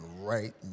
right